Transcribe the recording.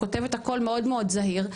כותבת הכול מאוד מאוד זהיר.